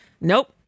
nope